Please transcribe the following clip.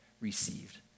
received